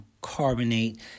carbonate